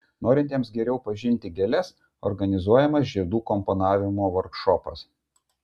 norintiems geriau pažinti gėles organizuojamas žiedų komponavimo vorkšopas